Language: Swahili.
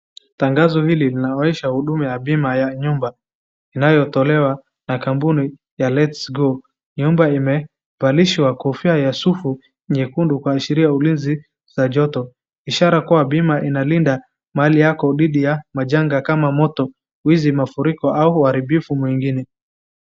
Tangazo vile inaonyesha huduma ya bima ya nyumba inayotolewa na kampuni ya LetsGo . Nyumba imevalishwa kofia ya sufu nyekundu kuashiria ulinzi na joto, ishara kuwa bima inalinda mali yako dhidi ya majanga kama moto, wizi, mafuriko au uharibifu mwingine.